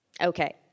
Okay